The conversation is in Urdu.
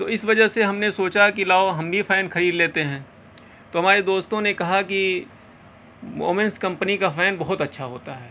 تو اس وجہ سے ہم نے سوچا کی لاؤ ہم بھی فین خرید لیتے ہیں تو ہمارے دوستوں نے کہا کہ اومینس کمپنی کا فین بہت اچھا ہوتا ہے